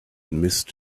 missed